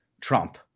Trump